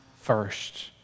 first